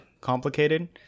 complicated